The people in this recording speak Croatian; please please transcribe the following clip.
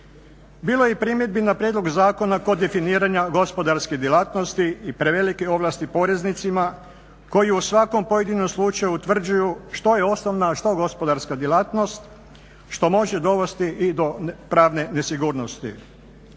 Bilo je i primjedbi na prijedlog zakona kod definiranja gospodarske djelatnosti i prevelikih ovlasti poreznicima koji u svakom pojedinom slučaju utvrđuju što je osnovna, a što gospodarska djelatnost, što može dovesti i do pravne nesigurnosti.